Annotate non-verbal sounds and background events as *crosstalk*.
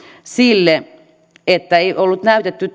sille että ei ollut näytetty *unintelligible*